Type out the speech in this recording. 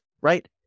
right